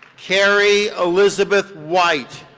carrie elizabeth white.